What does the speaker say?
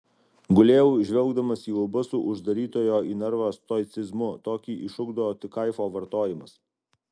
gulėjau žvelgdamas į lubas su uždarytojo į narvą stoicizmu tokį išugdo tik kaifo vartojimas